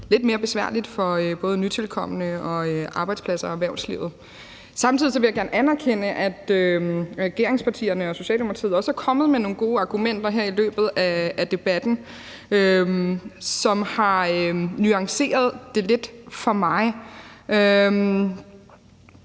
lidt mere besværligt for både nytilkomne og arbejdspladser og erhvervsliv. Samtidig vil jeg gerne anerkende, at regeringspartierne, herunder Socialdemokratiet, også er kommet med nogle gode argumenter her i løbet af debatten, som har nuanceret det lidt for mig.